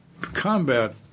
Combat